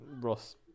Ross